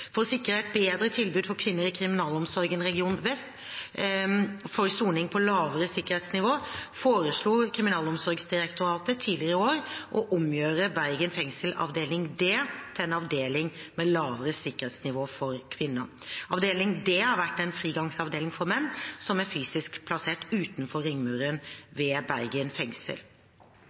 For å sikre et bedre tilbud for kvinner i Kriminalomsorgen region vest for soning på lavere sikkerhetsnivå foreslo Kriminalomsorgsdirektoratet tidligere i år å omgjøre Bergen fengsel avdeling D til en avdeling med lavere sikkerhetsnivå for kvinner. Avdeling D har vært en frigangsavdeling for menn som er fysisk plassert utenfor ringmuren ved Bergen fengsel.